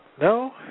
No